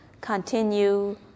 continue